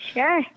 Sure